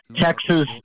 Texas